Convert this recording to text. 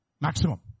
Maximum